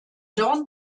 dorn